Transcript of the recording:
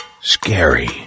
scary